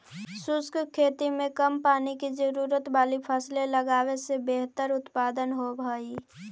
शुष्क खेती में कम पानी की जरूरत वाली फसलें लगावे से बेहतर उत्पादन होव हई